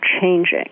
changing